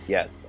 Yes